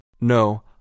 No